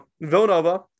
Villanova